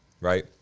right